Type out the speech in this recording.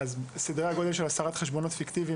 סדרי הגודל של הסרת חשבונות פיקטיביים